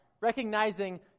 recognizing